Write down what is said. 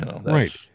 Right